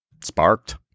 sparked